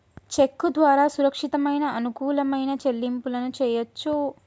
చెక్కు ద్వారా సురక్షితమైన, అనుకూలమైన చెల్లింపులను చెయ్యొచ్చు